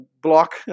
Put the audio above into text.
block